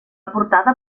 portada